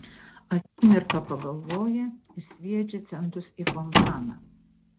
akimirką pagalvoja ir sviedžia centus į fontaną